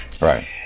Right